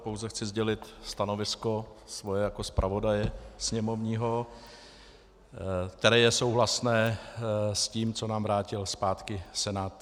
Pouze chci sdělit stanovisko své jako zpravodaje sněmovního, které je souhlasné s tím, co nám vrátil zpátky Senát.